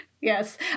Yes